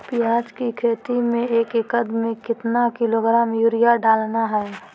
प्याज की खेती में एक एकद में कितना किलोग्राम यूरिया डालना है?